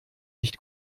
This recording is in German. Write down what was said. nicht